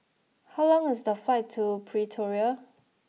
how long is the flight to Pretoria